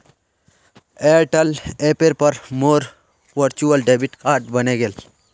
Airtel ऐपेर पर मोर वर्चुअल डेबिट कार्ड बने गेले